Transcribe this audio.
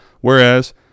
Whereas